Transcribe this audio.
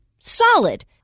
solid